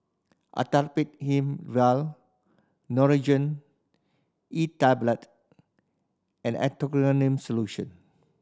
Actrapid Him vial Nurogen E Tablet and Erythroymycin Solution